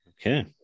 Okay